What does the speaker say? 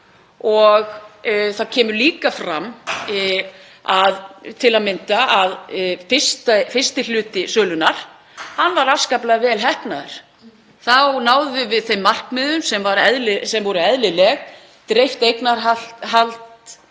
og það kemur líka fram til að mynda að fyrsti hluti sölunnar var afskaplega vel heppnaður. Þá náðum við þeim markmiðum sem voru eðlileg; dreift eignarhald,